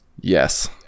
Yes